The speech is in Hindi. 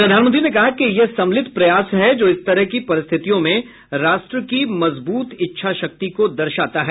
प्रधानमंत्री ने कहा कि यह सम्मिलित प्रयास है जो इस तरह की परिस्थितियों में राष्ट्र की मजबूत इच्छा शक्ति को दर्शाता है